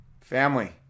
family